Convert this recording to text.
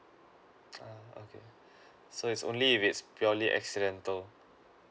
mm okay so it's only if it's purely accidental